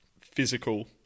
physical